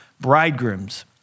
bridegrooms